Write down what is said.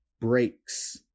breaks